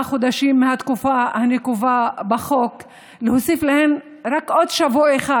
חודשים מהתקופה הנקובה בחוק רק עוד שבוע אחד,